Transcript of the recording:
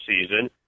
season